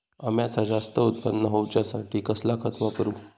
अम्याचा जास्त उत्पन्न होवचासाठी कसला खत वापरू?